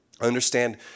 understand